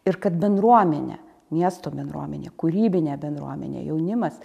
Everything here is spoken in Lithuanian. ir kad bendruomenė miesto bendruomenė kūrybinė bendruomenė jaunimas